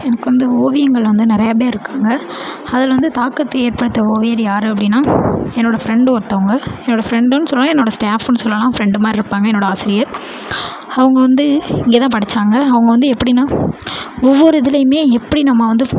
எனக்கு வந்து ஓவியங்களில் வந்து நிறையா பேர் இருக்காங்க அதில் வந்து தாக்கத்தை ஏற்பட்ட ஓவியர் யார் அப்படினா என்னோட ஃப்ரெண்டு ஒருத்தவங்க என்னோட ஃப்ரெண்டுன்னு சொல்லலாம் என்னோட ஸ்டாப்புன்னு சொல்லாம் ஃப்ரெண்டு மாதிரி இருப்பாங்க என்னோட ஆசிரியர் அவங்க வந்து இங்கேதான் படித்தாங்க அவங்க வந்து எப்படினா ஒவ்வொரு இதிலையுமே எப்படி நம்ம வந்து